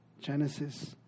Genesis